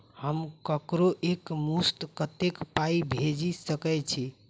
हम ककरो एक मुस्त कत्तेक पाई भेजि सकय छी?